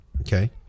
Okay